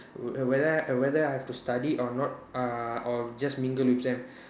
whether whether I have to study or not uh or just mingle with them